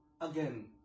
again